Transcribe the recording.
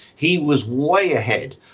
he was way ahead.